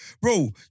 bro